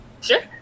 Sure